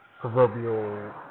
proverbial